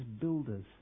builders